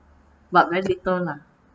but very little lah